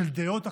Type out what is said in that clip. של דעות אחרות.